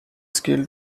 scale